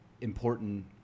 important